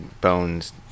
Bones